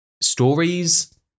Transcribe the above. stories